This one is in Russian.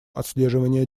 отслеживания